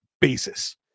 basis